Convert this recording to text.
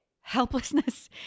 helplessness